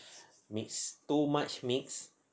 mix too much mix